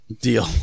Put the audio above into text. Deal